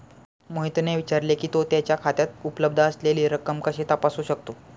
मोहितने विचारले की, तो त्याच्या खात्यात उपलब्ध असलेली रक्कम कशी तपासू शकतो?